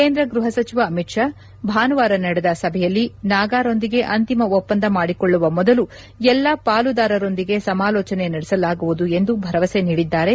ಕೇಂದ್ರ ಗೃಹ ಸಚಿವ ಅಮಿತ್ ಶಾ ಭಾನುವಾರ ನಡೆದ ಸಭೆಯಲ್ಲಿ ನಾಗಾರೊಂದಿಗೆ ಅಂತಿಮ ಒಪ್ಪಂದ ಮಾಡಿಕೊಳ್ಳುವ ಮೊದಲು ಎಲ್ಲಾ ಪಾಲುದಾರರೊಂದಿಗೆ ಸಮಾಲೋಚನೆ ನಡೆಸಲಾಗುವುದು ಎಂದು ಭರವಸೆ ನೀಡಿದ್ದಾರೆ